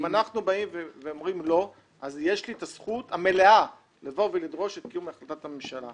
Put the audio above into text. אם לא אז יש לי את הזכות המליאה לדרוש את קיום ההסכמה עם הממשלה.